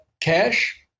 Cash